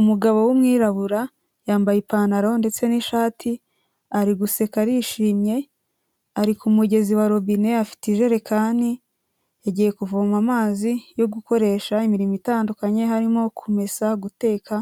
Umugabo w'umwirabura yambaye ipantaro ndetse n'ishati ari guseka arishimye, ari ku mugezi wa robine afite ijerekani agiye kuvoma amazi yo gukoresha imirimo itandukanye harimo kumesa, guteka